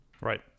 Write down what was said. Right